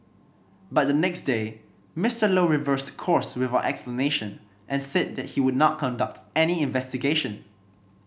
but the next day Mister Low reversed course without explanation and said that he would not conduct any investigation